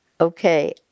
okay